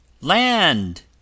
Land